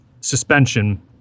suspension